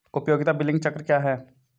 उपयोगिता बिलिंग चक्र क्या है?